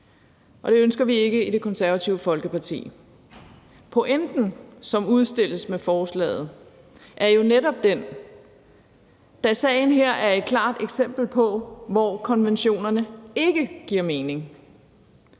og det ønsker vi ikke i Det Konservative Folkeparti. Pointen, som udstilles med forslaget, er jo netop, at sagen her er et klart eksempel på, hvor konventionerne ikke giver mening.